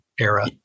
era